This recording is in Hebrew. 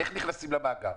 איך נכנסים למאגר?